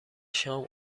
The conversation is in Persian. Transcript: شام